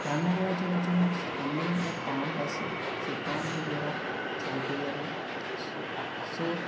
রান্না করার জলের জন্য সামনেই একটা পাম্প আছে সেই পাম্প থেকে ওরা জল পেয়ে যাবে সো